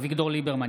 אביגדור ליברמן,